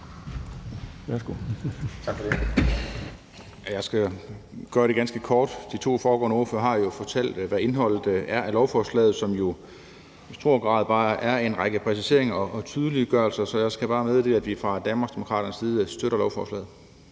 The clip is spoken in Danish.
(DD): Tak for det. Jeg skal gøre det ganske kort. De to foregående ordførere har jo fortalt, hvad indholdet af lovforslaget er, som jo i stor grad bare er en række præciseringer og tydeliggørelser, så jeg skal bare meddele, at vi fra Danmarksdemokraternes side støtter lovforslaget.